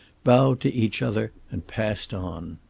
bowed to each other and passed on.